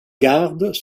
gardes